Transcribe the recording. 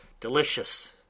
delicious